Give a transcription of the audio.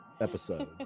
episode